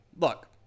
look